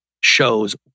shows